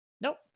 Nope